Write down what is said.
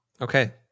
okay